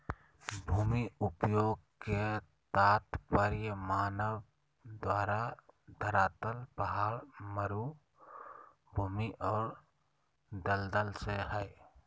भूमि उपयोग के तात्पर्य मानव द्वारा धरातल पहाड़, मरू भूमि और दलदल से हइ